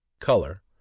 Color